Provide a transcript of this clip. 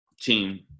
team